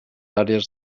àrees